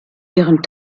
ihren